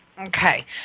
Okay